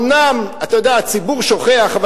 הציבור שוכח,